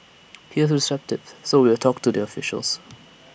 he was receptive so we will talk to their officials